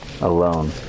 alone